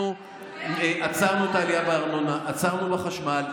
אנחנו עצרנו את העלייה בארנונה, עצרנו בחשמל.